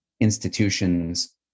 institutions